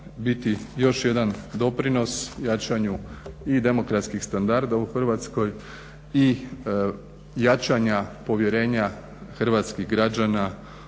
biti još jedan doprinos jačanju i demokratskih standarda u Hrvatskoj i jačanja povjerenja hrvatskih građana